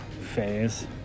phase